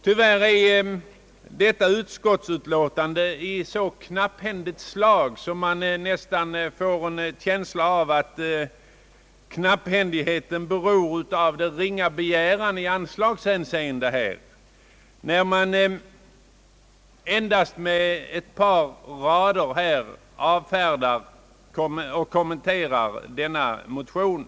Tyvärr är utskottsutlåtandet så knapphändigt, att man nästan får en känsla av att knappheten beror på det ringa anslag som begärs — med endast ett par rader avfärdas och kommenteras motionen.